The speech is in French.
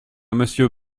monsieur